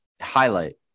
Highlight